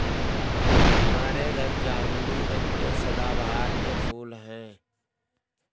हमारे घर जामुनी रंग के सदाबहार के फूल हैं